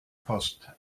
post